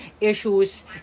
issues